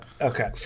Okay